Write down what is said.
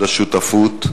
לשותפות,